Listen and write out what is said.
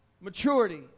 Maturity